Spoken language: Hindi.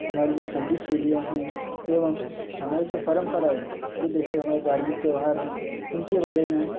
हमारी जो संगीत शैलियाँ हैं एवं हमारी जो परम्पराएँ हैं उनको देसे वो हमारे धार्मिक त्योहार हैं उनके बारे में हम